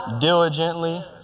diligently